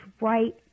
right